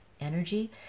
energy